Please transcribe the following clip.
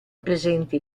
presenti